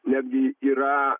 netgi yra